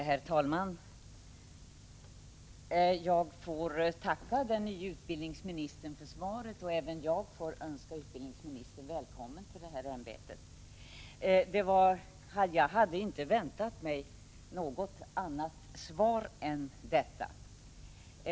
Herr talman! Samtidigt som även jag vill önska den nye utbildningsministern välkommen i hans ämbete tackar jag honom för svaret. Jag hade inte väntat mig något annat svar än det jag nu har fått.